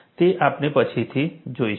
તે આપણે પછીથી જોઈશું